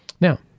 Now